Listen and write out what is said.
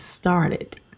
started